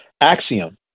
axiom